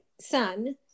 son